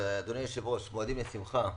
אדוני היושב-ראש, מועדים לשמחה.